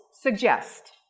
suggest